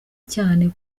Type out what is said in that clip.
cyane